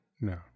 No